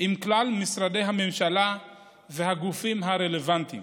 עם כלל משרדי הממשלה והגופים הרלוונטיים